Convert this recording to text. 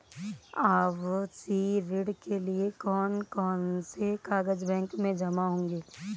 आवासीय ऋण के लिए कौन कौन से कागज बैंक में जमा होंगे?